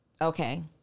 Okay